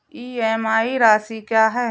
EMI राशि क्या है?